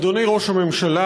אדוני ראש הממשלה,